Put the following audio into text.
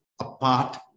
apart